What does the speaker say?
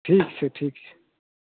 ठीक छै ठीक छै